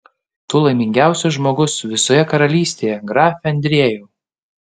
tu laimingiausias žmogus visoje karalystėje grafe andriejau